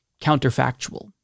counterfactual